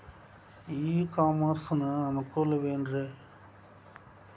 E commerce ನ ಅನುಕೂಲವೇನ್ರೇ?